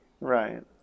right